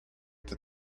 that